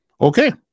Okay